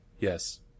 yes